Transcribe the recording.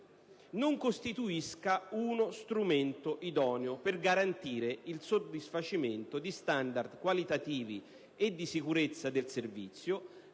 non costituisca uno strumento idoneo per garantire il soddisfacimento di standard qualitativi e di sicurezza del servizio